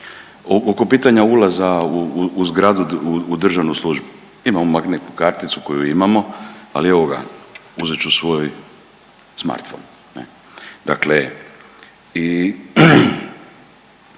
oko pitanja ulaza u zgradu u državnu službu. Imamo magnetnu karticu koju imamo, ali evo uzet ću svoj smartphone, ne.